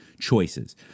choices